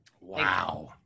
Wow